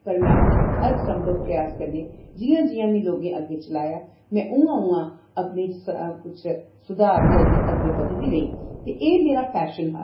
पर में अपने हर सम्भव प्रयास कन्नै जि'यां जि'यां मिगी लोकें अग्गै चलाया में उं'आ उं'आ अपना सुधार लेइयै अग्गै बधदी रेही ते एह् मेरा पैशन हा